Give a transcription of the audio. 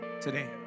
today